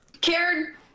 Karen